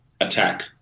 attack